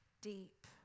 deep